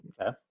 Okay